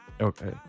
Okay